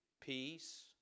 peace